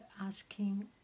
asking